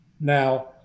Now